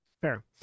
Fair